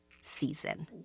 season